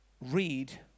read